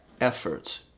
efforts